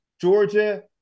Georgia